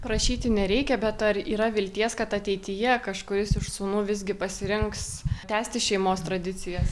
prašyti nereikia bet ar yra vilties kad ateityje kažkuris iš sūnų visgi pasirinks tęsti šeimos tradicijas